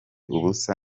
ubusa